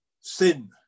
sin